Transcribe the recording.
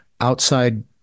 outside